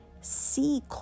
see